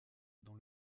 dans